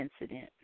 incident